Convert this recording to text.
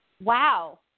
wow